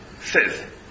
says